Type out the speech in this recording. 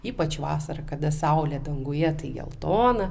ypač vasarą kada saulė danguje tai geltona